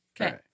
Okay